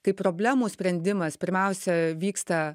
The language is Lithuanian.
kaip problemų sprendimas pirmiausia vyksta